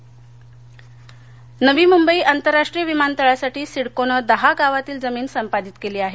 नवी मुंबई नवी मुंबई आंतरराष्ट्रीय विमानतळासाठी सिडकोने दहा गावांतील जमीन संपादित केली आहे